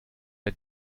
der